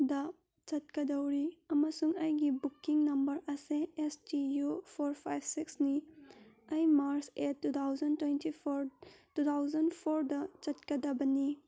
ꯗ ꯆꯠꯀꯗꯧꯔꯤ ꯑꯃꯁꯨꯡ ꯑꯩꯒꯤ booking number is S T U four five ꯁꯤꯛꯁꯅꯤ ꯑꯩ March eight two thousand twenty four two thousand ꯐꯣꯔꯗ ꯆꯠꯀꯗꯕꯅꯤ